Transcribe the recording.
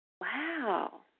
Wow